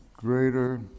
greater